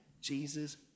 Jesus